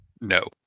No